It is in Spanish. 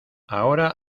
ahora